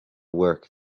work